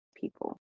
people